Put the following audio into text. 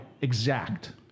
exact